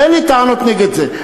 אין לי טענות נגד זה.